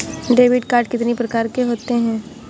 Debit card कितनी प्रकार के होते हैं?